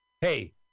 Hey